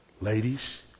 ladies